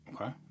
Okay